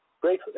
Great